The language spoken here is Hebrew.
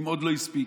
אם עוד לא הספיק,